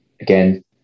Again